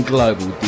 Global